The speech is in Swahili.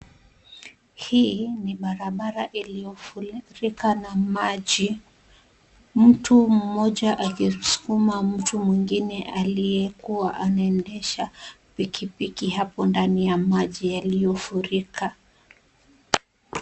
Hii ni barabara iliyofurika na maji. Mtu mmoja akisukuma mtu mwingine aliyekuwa anaendesha pikipiki hapo ndani ya maji yaliyofurika.